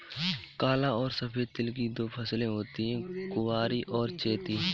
काला और सफेद तिल की दो फसलें होती है कुवारी और चैती